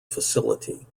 facility